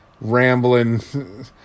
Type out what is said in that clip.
rambling